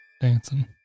dancing